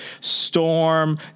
Storm